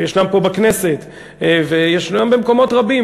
וישנם פה בכנסת וישנם במקומות רבים